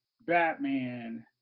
Batman